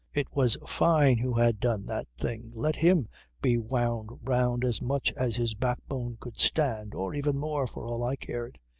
it was fyne who had done that thing. let him be wound round as much as his backbone could stand or even more, for all i cared.